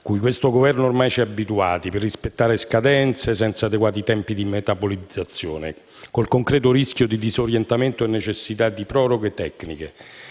cui questo Governo ci ha ormai abituati, per rispettare scadenze senza adeguati tempi di metabolizzazione, con il concreto rischio di disorientamento e necessità di proroghe tecniche.